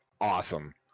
awesome